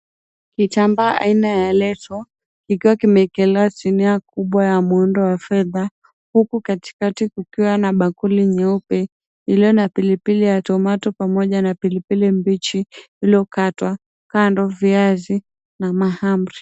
Kitambaa aina ya leso ikiwa kimeekelewa sinia kubwa ya muundo wa fedha huku katikati kukiwa na bakuli nyeupe iliyo na pilipili ya tomato pamoja na pilipili mbichi iliyokatwa kando, viazi na mahamri.